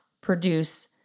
produce